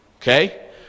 Okay